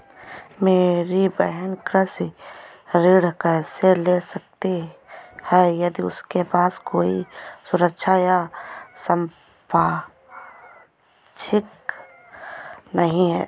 मेरी बहिन कृषि ऋण कैसे ले सकती है यदि उसके पास कोई सुरक्षा या संपार्श्विक नहीं है?